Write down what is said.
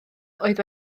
oedd